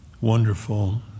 wonderful